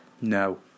No